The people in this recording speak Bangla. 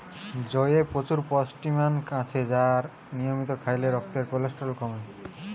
জইয়ে প্রচুর পুষ্টিমান আছে আর নিয়মিত খাইলে রক্তের কোলেস্টেরল কমে